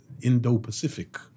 Indo-Pacific